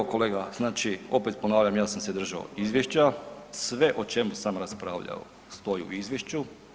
Evo kolega, znači opet ponavljam, ja sam se držao izvješća, sve o čemu sam raspravljao stoji u izvješću.